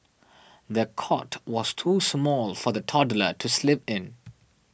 the cot was too small for the toddler to sleep in